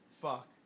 Fuck